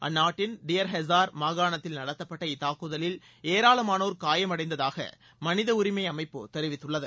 அந்நாட்டின் டியர் ஹெசார் மாகாணத்தில் நடத்தப்பட்ட இத்தாக்குதலில் ஏராளமானோர் காயமடைந்ததாக மனித உரிமை அமைப்பு தெரிவித்துள்ளது